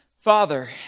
Father